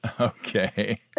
Okay